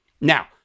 Now